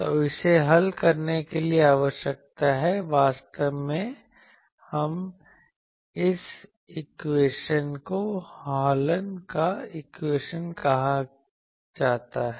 तो इसे हल करने की आवश्यकता है वास्तव में इस इक्वेशन को हॉलन का इक्वेशन कहा जाता है